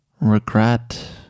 regret